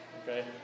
okay